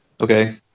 Okay